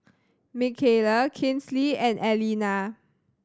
Mckayla Kinsley and Aleena